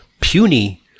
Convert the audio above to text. puny